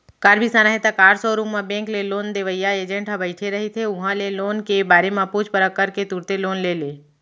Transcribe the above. car बिसाना हे त कार सोरूम म बेंक ले लोन देवइया एजेंट ह बइठे रहिथे उहां ले लोन के बारे म पूछ परख करके तुरते लोन ले ले